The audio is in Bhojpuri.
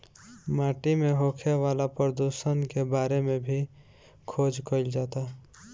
माटी में होखे वाला प्रदुषण के बारे में भी खोज कईल जाता